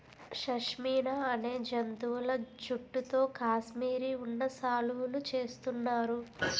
షష్మినా అనే జంతువుల జుట్టుతో కాశ్మిరీ ఉన్ని శాలువులు చేస్తున్నారు